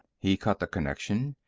he cut the connection,